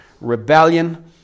rebellion